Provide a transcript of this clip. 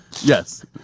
Yes